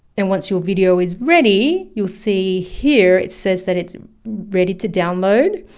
and once your video is ready, you'll see here it says that it's ready to download.